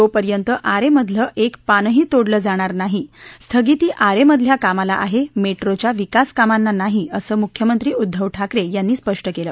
तोपर्यंत आरेमधलं एक पानही तोडलं जाणार नाही स्थगिती आरेमधल्या कामाला आहे मेट्रोच्या विकासकामांना नाही असं मुख्यमंत्री उद्वव ठाकरे यांनी स्पष्ट केलं